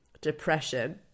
depression